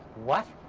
what?